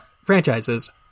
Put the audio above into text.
franchises